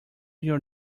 your